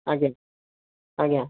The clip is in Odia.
ଆଜ୍ଞା ଆଜ୍ଞା